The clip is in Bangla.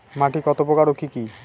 মাটি কতপ্রকার ও কি কী?